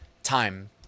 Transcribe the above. Time